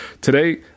Today